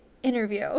interview